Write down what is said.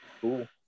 Cool